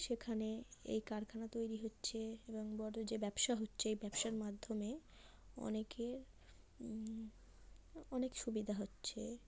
সেখানে এই কারখানা তৈরি হচ্ছে এবং বড়ো যে ব্যবসা হচ্ছে ব্যবসার মাধ্যমে অনেকের অনেক সুবিধা হচ্ছে